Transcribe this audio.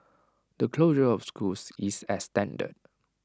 the closure of schools is extended